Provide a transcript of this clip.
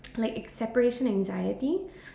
play a separation anxiety